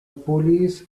police